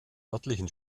örtlichen